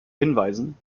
hinweisen